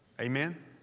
Amen